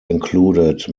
included